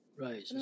Right